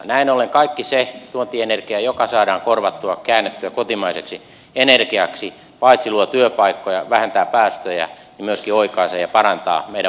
näin ollen kaikki se tuontienergia joka saadaan korvattua käännettyä kotimaiseksi energiaksi paitsi luo työpaikkoja vähentää päästöjä myöskin oikaisee ja parantaa meidän vaihtotasettamme